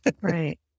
right